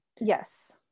Yes